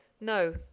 No